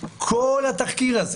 כל התחקיר הזה